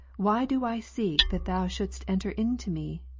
why do i seek that thou shouldest enter into me,